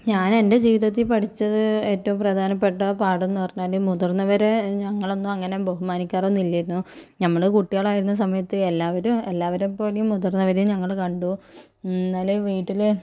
ഞാൻ എൻ്റെ ജീവിതത്തിൽ പഠിച്ചത് ഏറ്റവും പ്രധാനപ്പെട്ട പാഠമെന്ന് പറഞ്ഞാല് മുതിർന്നവരെ ഞങ്ങളൊന്നും അങ്ങനെ ബഹുമാനിക്കാറൊന്നും ഇല്ലായിരുന്നു ഞമ്മള് കുട്ടികളായിരുന്നു സമയത്ത് എല്ലാവരും എല്ലാവരെ പോലെയും മുതിർന്നവരെ ഞങ്ങൾ കണ്ടു ഇന്നലെ വീട്ടില്